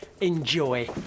Enjoy